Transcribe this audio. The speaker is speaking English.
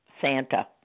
Santa